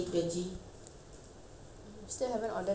still haven't order the taufik batisah chicken